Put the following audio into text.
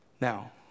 Now